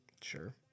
Sure